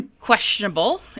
questionable